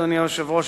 אדוני היושב-ראש,